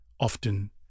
often